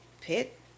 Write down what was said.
pit